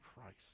Christ